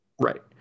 Right